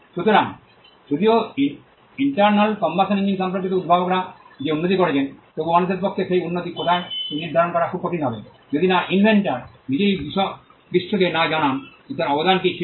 সুতরাং যদিও internal combustion engine সম্পর্কিত উদ্ভাবকরা যে উন্নতি করেছেন তবুও মানুষের পক্ষে সেই উন্নতি কোথায় তা নির্ধারণ করা খুব কঠিন হবে যদি না ইনভেন্টর নিজেই বিশ্বকে না জানান যে তার অবদান কী ছিল